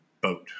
boat